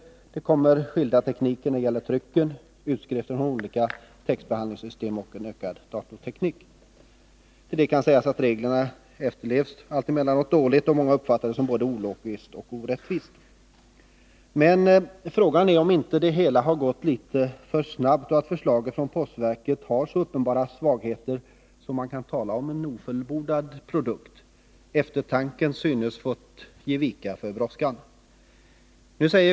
Det kommer skilda tekniker när det gäller trycken och utskrifter från olika textbehandlingssystem samt en utökad datorteknik. Till detta kan sägas att reglerna alltemellanåt dåligt efterlevs. Många uppfattar systemet som både ologiskt och orättvist. Men frågan är om inte det hela har gått litet för snabbt och om inte förslaget från postverket har så uppenbara svagheter att man kan tala om en ofullbordad produkt. Eftertanken synes ha fått ge vika för brådskan.